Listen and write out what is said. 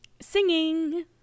singing